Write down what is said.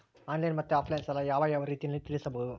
Online ಮತ್ತೆ offline ಸಾಲ ಯಾವ ಯಾವ ರೇತಿನಲ್ಲಿ ತೇರಿಸಬಹುದು?